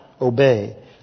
obey